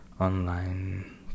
online